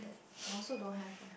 and also don't have eh